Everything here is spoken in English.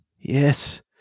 Yes